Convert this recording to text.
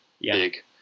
big